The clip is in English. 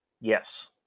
Yes